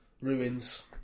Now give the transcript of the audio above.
ruins